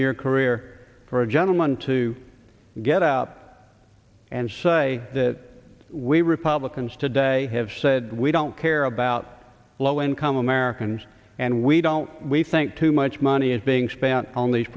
year career for a gentleman to get up and say that we republicans today have said we don't care about low income americans and we don't we think too much money is being spent on these